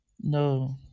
No